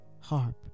harp